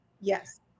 Yes